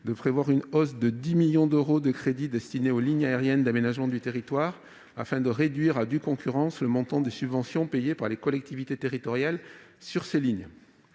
à prévoir une hausse de 10 millions d'euros des crédits destinés aux lignes aériennes d'aménagement du territoire afin de réduire à due concurrence le montant des subventions payées par les collectivités territoriales sur ces lignes.